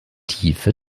tiefe